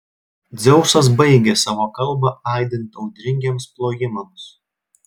dzeusas baigė savo kalbą aidint audringiems plojimams